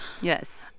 Yes